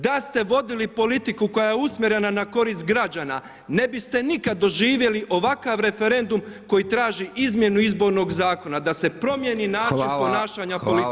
Da ste vodili politiku koja je usmjerena na korist građana ne biste nikad doživjeli ovakav referendum koji traži izmjenu Izbornog zakona, da se promijeni način ponašanja političara.